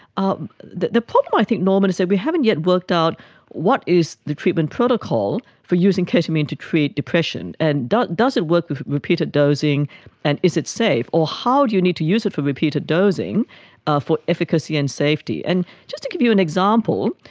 um the the problem i think, norman, is that we haven't yet worked out what is the treatment protocol for using ketamine to treat depression, and does does it work with repeated dosing and is it safe? or how do you need to use it for repeated dosing ah for efficacy and safety? and just to give you an example,